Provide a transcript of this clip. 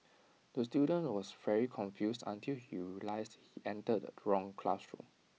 the student was very confused until he realised he entered the wrong classroom